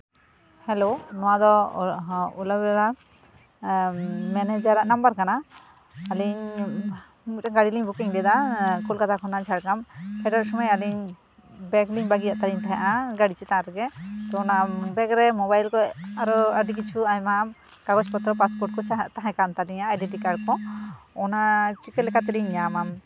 hello ᱱᱚᱣᱟ ᱫᱚ ᱳᱞᱟ ᱫᱟᱫᱟ ᱢᱮᱱᱮᱡᱟᱨᱟᱜ ᱱᱟᱢᱵᱟᱨ ᱠᱟᱱᱟ ᱟᱹᱞᱤᱧ ᱢᱤᱫᱴᱮᱱ ᱜᱟᱹᱰᱤ ᱞᱤᱧ ᱵᱩᱠᱚᱝ ᱠᱟᱫᱟ ᱠᱳᱛᱠᱟᱛᱟ ᱠᱷᱚᱱᱟᱜ ᱡᱷᱟᱲᱜᱨᱟᱢ ᱯᱷᱮᱰᱚᱜ ᱥᱚᱢᱚᱭ ᱟᱹᱞᱤᱧ ᱵᱮᱜᱽᱞᱤᱧ ᱵᱟᱹᱜᱤᱭᱟᱫ ᱛᱟᱦᱮᱱᱟ ᱜᱟᱹᱰᱤ ᱪᱮᱛᱟᱱ ᱨᱮᱜᱮ ᱟᱫᱚ ᱚᱱᱟ ᱵᱮᱜᱽ ᱨᱮ ᱢᱳᱵᱟᱭᱤᱞ ᱠᱚ ᱟᱨᱚ ᱟᱹᱰᱤ ᱠᱤᱪᱷᱩ ᱟᱭᱢᱟ ᱠᱟᱜᱚᱡᱽ ᱯᱚᱛᱨᱚ ᱯᱟᱥᱯᱳᱴ ᱠᱚ ᱛᱟᱦᱮᱸᱠᱟᱱ ᱛᱟᱹᱞᱤᱧᱟ ᱟᱭᱰᱮᱱᱴᱤ ᱠᱟᱨᱰ ᱠᱚ ᱚᱱᱟ ᱪᱤᱠᱟᱹᱞᱮᱠᱟ ᱛᱮᱞᱤᱧ ᱧᱟᱢᱟ